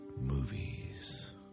movies